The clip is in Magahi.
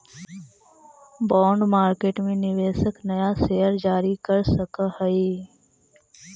बॉन्ड मार्केट में निवेशक नया शेयर जारी कर सकऽ हई